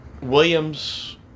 Williams